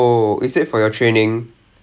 ஞாபகம் இருக்கா:nyabakam irukkaa uh